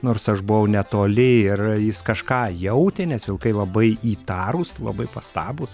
nors aš buvau netoli ir jis kažką jautė nes vilkai labai įtarūs labai pastabūs